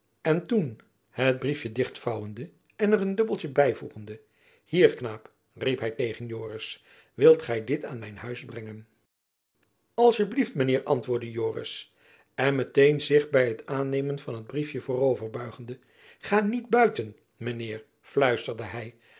en toen het briefjen dicht vouwende en er een dubbeltjen byvoegende hier knaap riep hy tegen joris wilt gy dit aan mijn huis brengen assieblief men heir antwoordde joris en met-een zich by het aannemen van het briefjen voorover buigende ga niet buiten men heir fluisterde hy